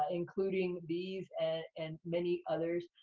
including these and and many others,